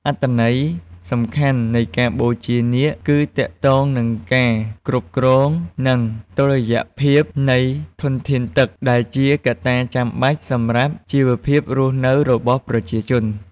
អត្ថន័យសំខាន់នៃការបូជានាគគឺទាក់ទងនឹងការគ្រប់គ្រង និងតុល្យភាពនៃធនធានទឹក ដែលជាកត្តាចាំបាច់សម្រាប់ជីវភាពរស់នៅរបស់ប្រជាជន។